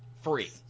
free